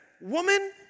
Woman